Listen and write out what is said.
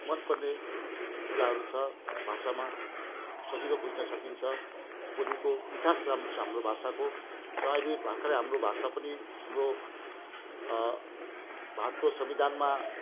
मनपर्ने कुराहरू छ भाषामा सजिलो बुझ्न सकिन्छ बोलीको मिठास राम्रो छ हाम्रो भाषाको र अहिले भर्खरै हाम्रो भाषा पनि हाम्रो भारतको संविधानमा